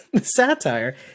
satire